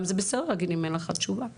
זה גם בסדר להגיד שאין לך תשובה.